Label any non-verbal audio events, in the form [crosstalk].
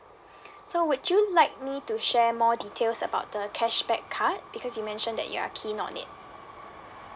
[breath] so would you like me to share more details about the cashback card because you mention that you're keen on it